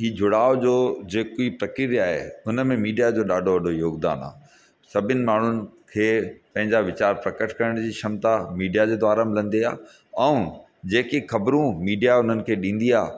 हीअ जुड़ाव जो जेकी प्रक्रिया आहे हुनमें मीडिया जो ॾाढो वॾो योगदानु आहे सभिनि माण्हुनि खे पंहिंजा प्रकार प्रकट करण जी क्षमता मीडिया जे द्वारा मिलंदी आहे ऐं जेकी ख़बरू मीडिया उन्हनि खे ॾींदी आहे